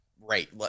Right